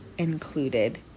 included